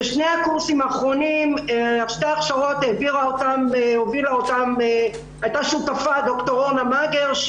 לשתי ההכשרות האחרונות הייתה שותפה ד"ר אורנה מגר.